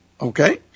Okay